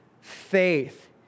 faith